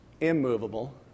immovable